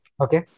Okay